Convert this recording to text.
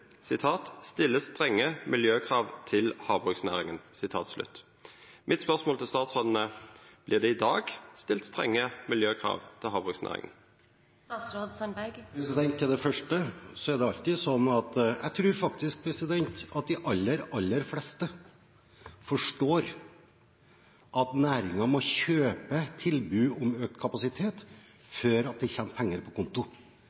strenge miljøkrav til havbruksnæringen». Spørsmålet mitt til statsråden er: Vert det i dag stilt strenge miljøkrav til havbruksnæringa? Til det første: Jeg tror faktisk at de aller, aller fleste forstår at næringen må kjøpe tilbud om økt kapasitet før det kommer penger på konto.